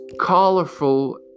colorful